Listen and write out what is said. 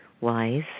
wise